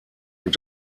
und